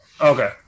Okay